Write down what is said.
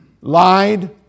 lied